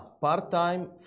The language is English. Part-time